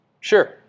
Sure